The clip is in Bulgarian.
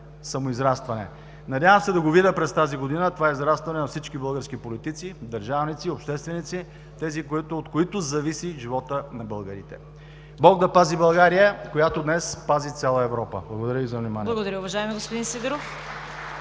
самоизрастване. Надявам се да видя през тази година това израстване във всички български политици, държавници, общественици тези, от които зависи животът на българите. Бог да пази България, която днес пази цяла Европа! Благодаря Ви, за вниманието! (Ръкопляскания от